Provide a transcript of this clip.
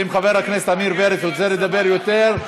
ואם חבר הכנסת עמיר פרץ רוצה לדבר יותר,